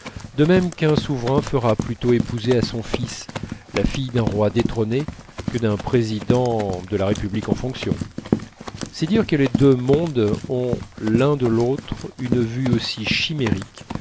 de même qu'un souverain fera plutôt épouser à son fils la fille d'un roi détrôné que d'un président de la république en fonctions c'est dire que les deux mondes ont l'un de l'autre une vue aussi chimérique